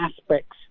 aspects